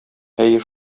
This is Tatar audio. әйе